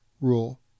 rule